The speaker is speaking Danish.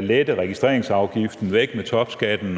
lette registreringsafgiften, at man vil have topskatten væk